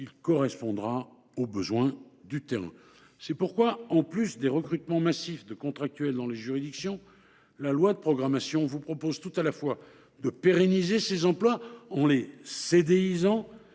correspondra aux besoins du terrain. C’est pourquoi, outre les recrutements massifs de contractuels dans les juridictions, la loi de programmation vous propose tout à la fois de pérenniser ces emplois en les « CDIsant